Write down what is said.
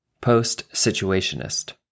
post-situationist